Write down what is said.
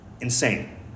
insane